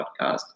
podcast